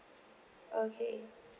okay